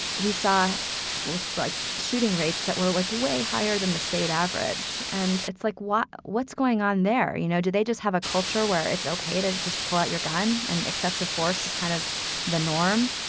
we saw it with like shooting rates that were like way higher than the state average. and it's like, what what's going on there? you know, do they just have a culture where it's ok to to just pull out your gun? an excessive force is kind of the norm.